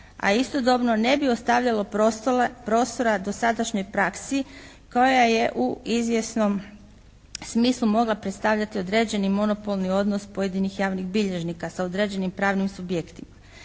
istodobno ne bi ostavljalo prostora dosadašnjoj praksi koja je u izvjesnom smislu mogla predstavljati određeni monopolni odnos pojedinih javnih bilježnika sa određenim pravnim subjektima.